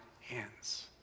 hands